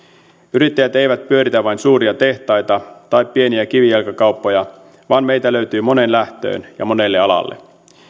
yrittäjät eivät pyöritä vain suuria tehtaita tai pieniä kivijalkakauppoja vaan meitä löytyy moneen lähtöön ja monelle alalle